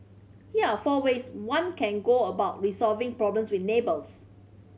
here are four ways one can go about resolving problems with neighbours